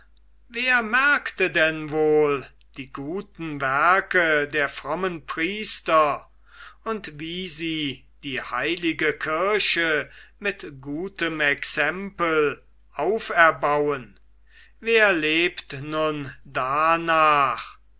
wer merkte denn wohl die guten werke der frommen priester und wie sie die heilige kirche mit gutem exempel auferbauen wer lebt nun darnach